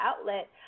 outlet